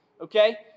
okay